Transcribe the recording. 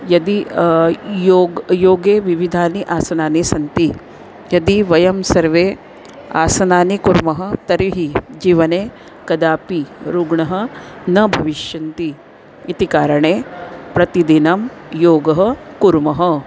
यदि योगे योगे विविधानि आसनानि सन्ति यदि वयं सर्वे आसनानि कुर्मः तर्हि जीवने कदापि रुग्नः न भविष्यन्ति इति कारणे प्रतिदिनं योगः कुर्मः